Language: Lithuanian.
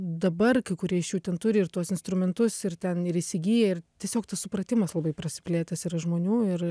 dabar kai kurie iš jų ten turi ir tuos instrumentus ir ten ir įsigyja ir tiesiog tas supratimas labai prasiplėtęs yra žmonių ir